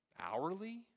hourly